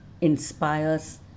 inspires